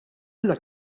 alla